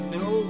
no